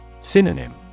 Synonym